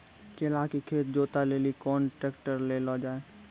केला के खेत जोत लिली केना ट्रैक्टर ले लो जा?